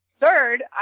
Third